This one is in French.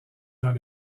dans